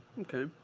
Okay